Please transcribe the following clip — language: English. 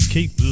Keep